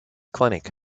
clinic